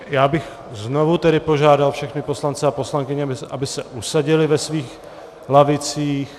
Já bych znovu požádal všechny poslance a poslankyně, aby se usadili ve svých lavicích.